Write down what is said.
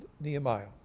Nehemiah